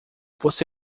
você